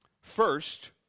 First